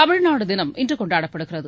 தமிழ்நாடு தினம் இன்று கொண்டாடப்படுகிறது